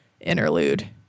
interlude